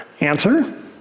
Answer